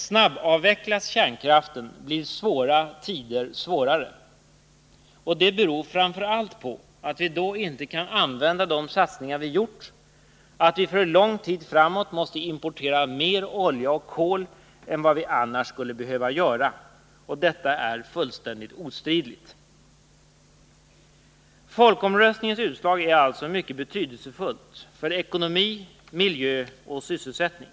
Snabbavvecklas kärnkraften blir svåra tider svårare, och det beror framför allt på att vi då inte kan använda de satsningar vi gjort, att vi för lång tid framåt måste importera mer olja och kol än vad vi annars skulle behöva göra. Detta är fullständigt ostridigt. Folkomröstningens utslag är alltså mycket betydelsefullt för ekonomi, miljö och sysselsättning.